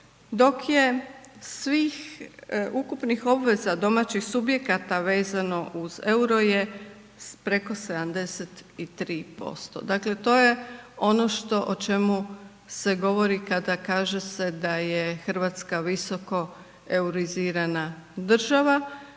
dok je svih ukupnih obveza domaćih subjekata vezano uz euro je preko 73%. Dakle to je ono što o čemu se govori kada kaže se da je Hrvatska visoko eurizirana država